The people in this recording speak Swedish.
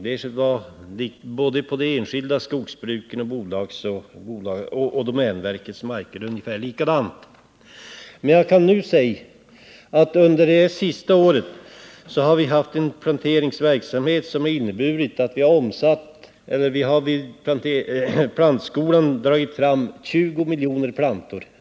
Det var på de enskilda skogsbruken och på domänverkets marker ungefär likadant. Men under det senaste året har vi haft en planteringsverksamhet som har inneburit att vi på plantskolan fått fram 20 miljoner plantor.